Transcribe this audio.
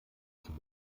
zur